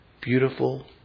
beautiful